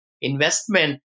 investment